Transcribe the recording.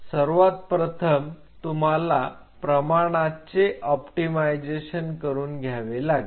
सर्वात प्रथम तुम्हाला प्रमाणाचे ऑप्टिमाइजशन करून घ्यावे लागेल